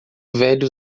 velho